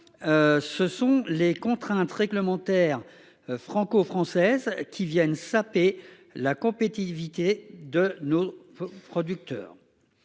Ce sont les contraintes réglementaires. Franco-française qui viennent saper la compétitivité de nos producteurs.